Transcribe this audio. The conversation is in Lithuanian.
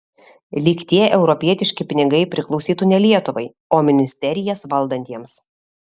lyg tie europietiški pinigai priklausytų ne lietuvai o ministerijas valdantiems